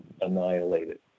annihilated